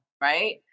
right